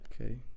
Okay